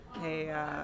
hey